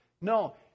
No